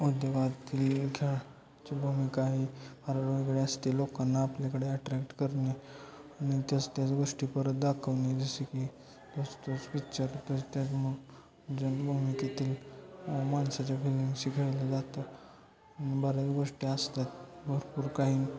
उद्योगातील खेळाची भूमिका ही फार वेगळी असते लोकांना आपल्याकडे अट्रॅक्ट करणे आणि त्याच त्याच गोष्टी परत दाखवणे जसं की तोच तोच पिच्चर त्याच ज्या भूमिकेतील माणसाच्या फीलिंगशी खेळलं जातं बऱ्याच गोष्टी असतात भरपूर काही